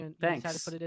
Thanks